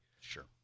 Sure